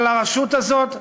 אבל הרשות הזאת נעלמה.